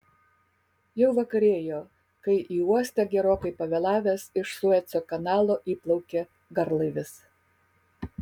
jau vakarėjo kai į uostą gerokai pavėlavęs iš sueco kanalo įplaukė garlaivis